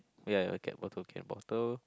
ya can bottle can bottle